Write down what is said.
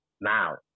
now